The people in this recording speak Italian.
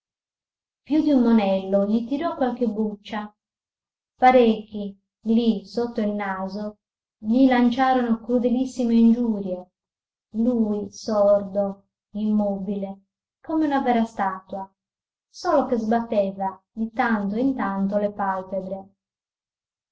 mano più d'un monello gli tirò qualche buccia parecchi lì sotto il naso gli lanciarono crudelissime ingiurie lui sordo immobile come una vera statua solo che sbatteva di tanto in tanto le palpebre